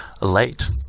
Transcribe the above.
late